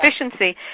efficiency